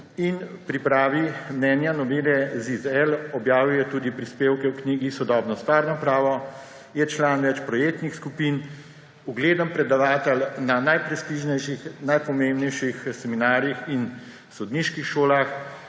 in pripravi mnenja novele ZIZ-L, objavil je tudi prispevke v knjigi Sodobno stvarno pravo, je član več projektnih skupin, ugleden predavatelj na najprestižnejših, najpomembnejših seminarjih in sodniških šolah,